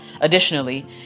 Additionally